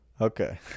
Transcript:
Okay